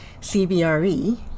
CBRE